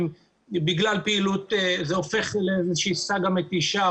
וזה הופך לסאגה מתישה,